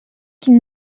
qu’il